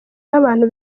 n’abantu